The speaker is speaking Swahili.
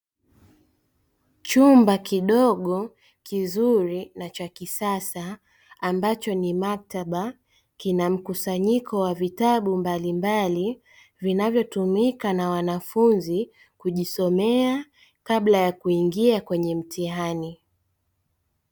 Chumba kidogo kizuri na cha kisasa ambacho ni maktaba, kina mkusanyiko wa vitabu mbalimbali vinavotumika na wanafunzi kujisomea kabla ya kuingia kwenye mtihani.